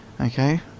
Okay